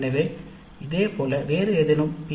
எனவே இதேபோல் வேறு ஏதேனும் பி